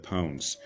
Pounds